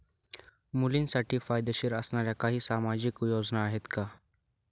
मुलींसाठी फायदेशीर असणाऱ्या काही सामाजिक योजना आहेत का?